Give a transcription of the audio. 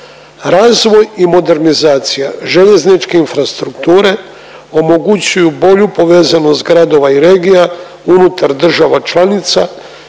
Razvoj i modernizacija željezničke infrastrukture omogućuju bolju povezanost gradova i regija unutar država članica